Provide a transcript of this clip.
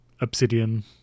obsidian